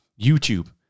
YouTube